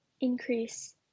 increase